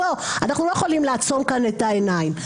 אנחנו לא יכולים לעצום כאן את העיניים.